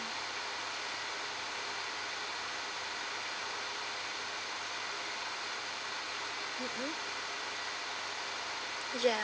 mm mm ya